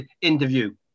interview